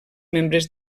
membres